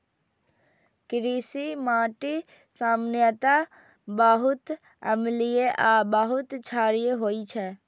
कृषि माटि सामान्यतः बहुत अम्लीय आ बहुत क्षारीय होइ छै